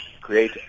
create